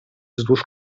wzdłuż